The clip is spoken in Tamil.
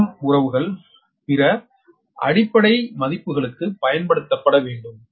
பின்வரும் உறவுகள் பிற அடிப்படை மதிப்புகளுக்கு பயன்படுத்தப்பட வேண்டும்